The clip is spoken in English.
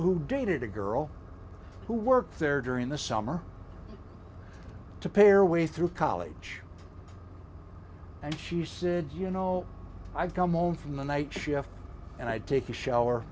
who dated a girl who worked there during the summer to pair way through college and she said you know i've come home from the night shift and i take a shower